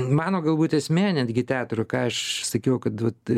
mano galbūt esmė netgi teatro ką aš sakiau kad vat